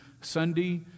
Sunday